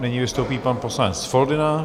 Nyní vystoupí pan poslanec Foldyna.